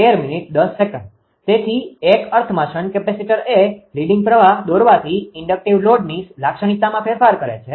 તેથી એક અર્થમાં શન્ટ કેપેસિટર એ લીડીંગ પ્રવાહ દોરવાથી ઇન્ડક્ટીવ લોડની લાક્ષણિકતામાં ફેરફાર કરે છે